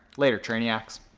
later trainiacs.